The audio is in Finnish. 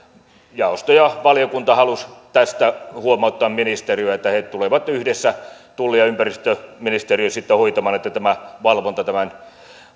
jaosto ja valiokunta halusivat tästä huomauttaa ministeriötä että he tulevat yhdessä tulli ja ympäristöministeriö sitten hoitamaan että tämä valvonta tämän